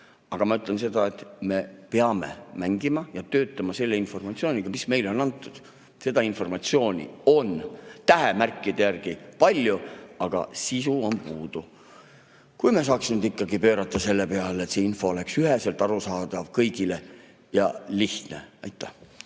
Aga ma ütlen seda, et me peame mängima ja töötama selle informatsiooniga, mis meile on antud. Seda informatsiooni on tähemärkide järgi palju, aga sisu on puudu. Äkki me saaksime ikkagi pöörata sellesse suunda, et see info oleks kõigile üheselt arusaadav ja lihtne. Aitäh!